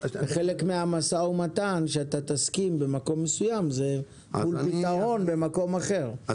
וחלק מן המשא ומתן שתסכים לסגירה במקום מסוים הוא מתן פתרון במקום אחר,